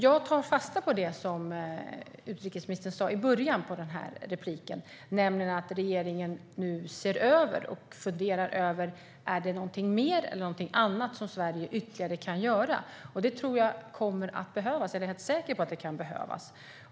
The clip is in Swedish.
Jag tar fasta på det utrikesministern sa i början av repliken nyss, nämligen att regeringen nu ser över och funderar över om det är något mer eller något annat som Sverige kan göra ytterligare. Jag är säker på att det kan behövas.